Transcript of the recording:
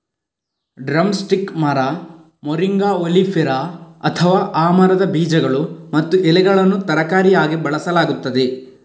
drum stick ಮರ, moringa oleifera, ಅಥವಾ ಆ ಮರದ ಬೀಜಗಳು ಮತ್ತು ಎಲೆಗಳನ್ನು ತರಕಾರಿಯಾಗಿ ಬಳಸಲಾಗುತ್ತದೆ